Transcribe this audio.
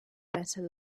better